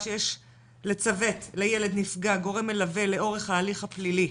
שיש לצוות לילד נפגע דורם מלווה לאורך ההליך הפלילי,